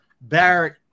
Barrett